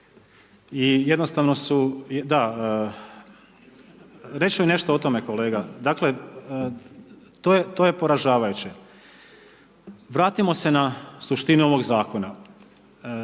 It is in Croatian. se ne čuje./… da reć ću vam nešto o tome kolega, dakle to je poražavajuće. Vratimo se na suštinu ovog zakona.